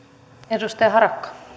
arvoisa